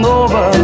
over